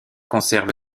conserve